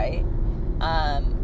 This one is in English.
right